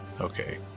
Okay